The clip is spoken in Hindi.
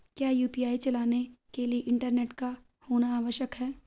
क्या यु.पी.आई चलाने के लिए इंटरनेट का होना आवश्यक है?